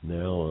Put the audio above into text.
now